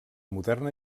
moderna